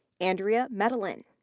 andrea medellin.